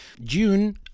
June